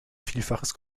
vielfaches